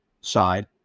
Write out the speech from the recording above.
side